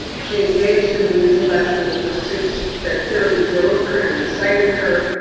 she engaged in the intellectual pursuits that clearly drove her and excited her,